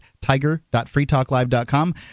tiger.freetalklive.com